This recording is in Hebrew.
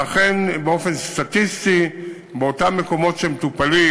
ואכן, באופן סטטיסטי באותם מקומות שמטופלים